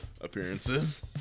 appearances